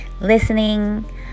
listening